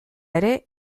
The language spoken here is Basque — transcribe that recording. ere